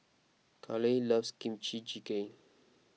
Caleigh loves Kimchi Jjigae